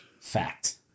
Fact